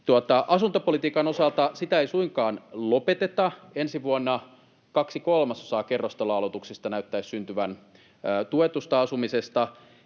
Asuntopolitiikan osalta: sitä ei suinkaan lopeteta ensi vuonna. Kaksi kolmasosaa kerrostaloaloituksista näyttäisi syntyvän tuetusta asumisesta.